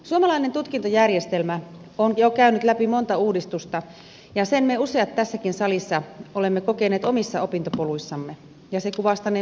suomalainen tutkintojärjestelmä on jo käynyt läpi monta uudistusta ja sen me useat tässäkin salissa olemme kokeneet omissa opintopoluissamme ja se kuvastanee muuttuvaa maailmaamme